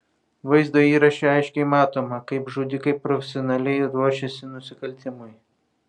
vaizdo įraše aiškiai matoma kaip žudikai profesionaliai ruošiasi nusikaltimui